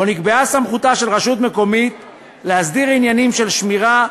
ובו נקבעה סמכותה של רשות מקומית להסדיר עניינים של שמירה,